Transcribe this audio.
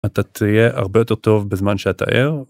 אתה תהיה הרבה יותר טוב בזמן שאתה ער.